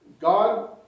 God